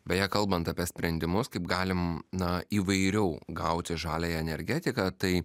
beje kalbant apie sprendimus kaip galim na įvairiau gauti žaliąją energetiką tai